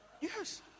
Yes